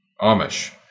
Amish